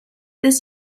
this